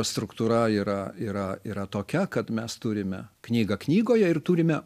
struktūra yra yra yra tokia kad mes turime knygą knygoje ir turime